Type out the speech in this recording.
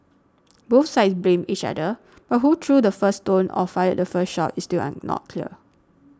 both sides blamed each other but who threw the first stone or fired the first shot is still an not clear